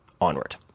onward